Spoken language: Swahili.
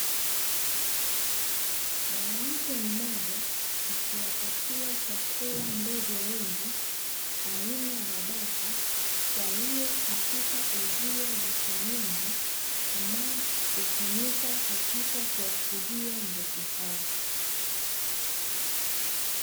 Mwanamke mmoja akiwapatia chakula ndege wengi aina ya bata, walio katika uzio wa senyenge ambao hutumika katika kuwafugia ndege hao.